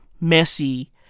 Messy